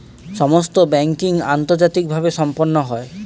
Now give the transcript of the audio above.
সমস্ত ব্যাংকিং আন্তর্জাতিকভাবে সম্পন্ন হয়